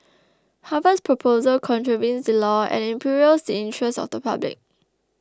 Harvard's proposal contravenes the law and imperils the interest of the public